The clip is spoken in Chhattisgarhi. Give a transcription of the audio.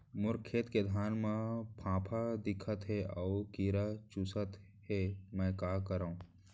मोर खेत के धान मा फ़ांफां दिखत हे अऊ कीरा चुसत हे मैं का करंव?